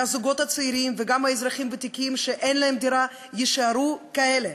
והזוגות הצעירים וגם האזרחים הוותיקים שאין להם דירה יישארו כאלה,